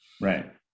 Right